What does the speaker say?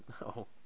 No